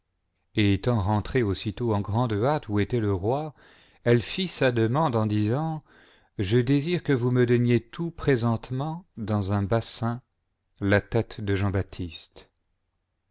et étant rentrée aussitôt en grande hâte où était le roi elle fit sa demande en disant je désire que vous me donniez tout présentement dans un bassin la tête